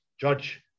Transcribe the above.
Judge